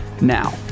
Now